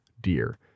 deer